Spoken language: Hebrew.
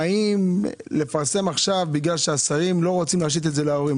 האם לפרסם עכשיו בגלל שהשרים לא רוצים להשית את זה על ההורים?